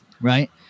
Right